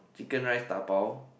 chicken rice dabao